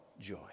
joy